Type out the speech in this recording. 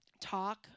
talk